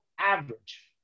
average